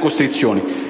costrizioni